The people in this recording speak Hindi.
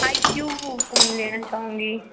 आई क्यूं फ़ोन लेना चाहूँगी